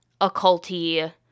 occulty